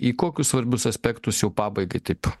į kokius svarbius aspektus jau pabaigai taip